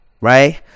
right